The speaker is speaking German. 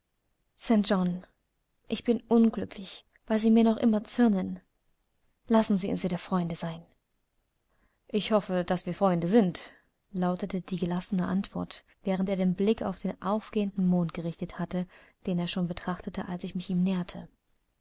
ich bin unglücklich weil sie mir noch immer zürnen lassen sie uns wieder freunde sein ich hoffe daß wir freunde sind lautete die gelassene antwort während er den blick auf den aufgehenden mond gerichtet hatte den er schon betrachtete als ich mich ihm näherte